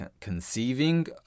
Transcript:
conceiving